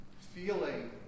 feeling